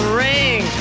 ring